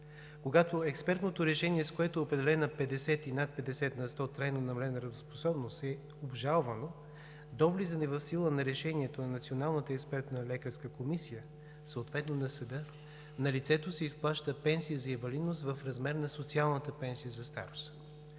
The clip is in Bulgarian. Когато експертното решение, с което е определена 50 и над 50 на сто трайно намалена работоспособност, е обжалвано – до влизане в сила на решението на Националната експертна лекарска комисия, съответно на съда, на лицето се изплаща пенсия за инвалидност в размер на социалната пенсия за старост.